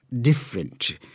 different